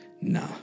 nah